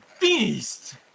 beast